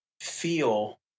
feel